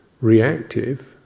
reactive